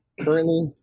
currently